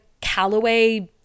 Callaway